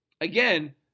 Again